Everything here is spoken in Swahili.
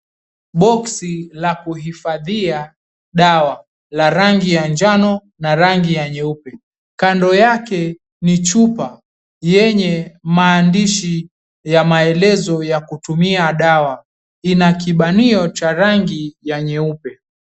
Boksi la kuhifadhia dawa la rangi ya njano na rangi ya nyeupe. Kando yake ni chupa yenye maandishi ya maelezo ya kutumia dawa. Ina kibanio cha rangi ya nyeupe.